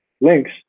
links